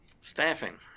staffing